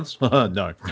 No